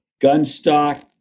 Gunstock